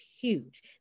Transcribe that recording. huge